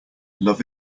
love